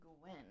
Gwen